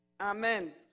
Amen